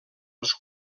als